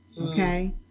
Okay